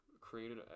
Created